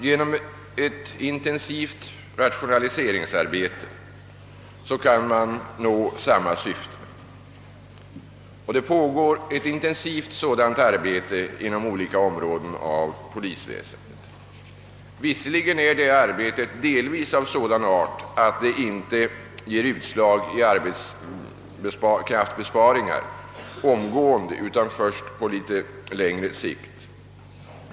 Genom ett intensivt ratioinaliseringsarbete kan samma syfte nås, och det pågår ett sådant intensivt arbete inom olika områden av polisväsendet. Detta arbete är dock delvis av sådan art att det inte ger utslag i arbetskraftsbesparingar omgående utan först på litet längre sikt.